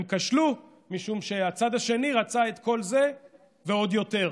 הוא כשל משום שהצד השני רצה את כל זה ועוד יותר,